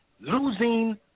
losing